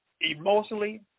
emotionally